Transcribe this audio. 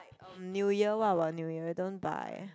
New Year what about New Year don't buy